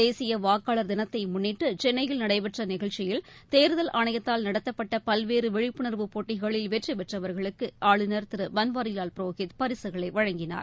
தேசிய வாக்காளர் தினத்தை முன்னிட்டு சென்னையில் நடைபெற்ற நிகழ்ச்சியில் தேர்தல் விழிப்புணர்வு போட்டிகளில் வெற்றி பெற்றவர்களுக்கு ஆளுநர் திரு பன்வாரிலால் புரோஹித் பரிசுகளை வழங்கினார்